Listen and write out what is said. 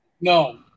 No